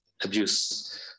abuse